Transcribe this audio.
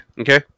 Okay